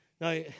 Now